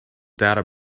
data